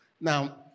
Now